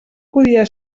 podia